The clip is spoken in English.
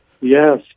Yes